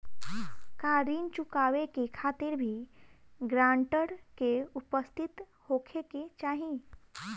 का ऋण चुकावे के खातिर भी ग्रानटर के उपस्थित होखे के चाही?